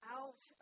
out